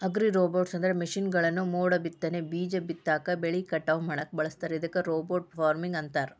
ಅಗ್ರಿರೋಬೊಟ್ಸ್ಅಂದ್ರ ಮಷೇನ್ಗಳನ್ನ ಮೋಡಬಿತ್ತನೆ, ಬೇಜ ಬಿತ್ತಾಕ, ಬೆಳಿ ಕಟಾವ್ ಮಾಡಾಕ ಬಳಸ್ತಾರ ಇದಕ್ಕ ರೋಬೋಟ್ ಫಾರ್ಮಿಂಗ್ ಅಂತಾರ